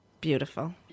Beautiful